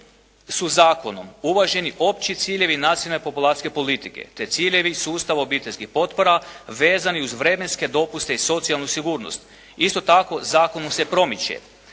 su zakonom uvaženi opći ciljevi nacionalne populacijske politike, te ciljevi sustav obiteljskih potpora vezani uz vremenske dopuste i socijalnu sigurnost. Isto tako zakonom se promiče